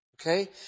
Okay